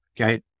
okay